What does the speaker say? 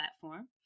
platform